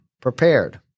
prepared